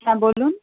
হ্যাঁ বলুন